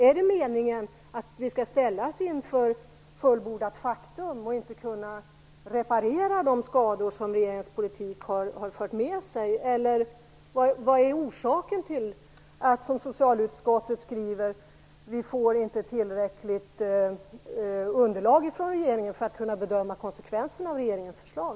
Är det meningen att vi skall ställas inför fullbordat faktum och inte kunna reparera de skador som regeringens politik har orsakat eller vad är anledningen till att vi, som socialutskottet skriver, inte får tillräckligt underlag från regeringen för att kunna bedöma konsekvenserna av regeringens förslag?